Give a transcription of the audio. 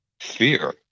fear